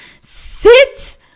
sit